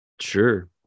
Sure